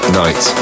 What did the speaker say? night